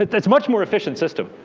but there's much more efficient system.